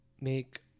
make